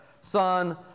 son